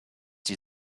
die